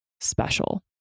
special